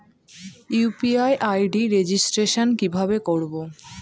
UPI ID registration কিভাবে করব?